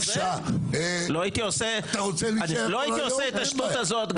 לא הייתי עושה את השטות הזאת,